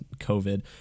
COVID